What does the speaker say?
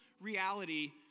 reality